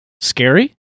scary